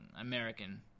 American